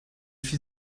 viel